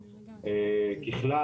ככלל,